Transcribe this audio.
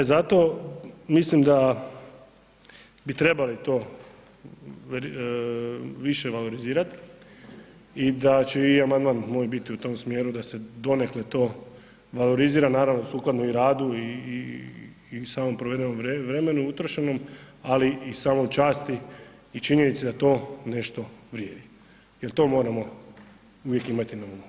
Zato mislim da bi trebali to više valorizirati i da će i amandman moj biti u tom smjeru da se donekle to valorizira, naravno sukladno i radu i samom provedenom vremenu utrošenom, ali i samoj časti i činjenici da to nešto vrijedi jer to moramo imati na umu.